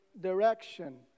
direction